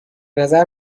نظر